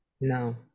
No